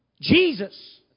Jesus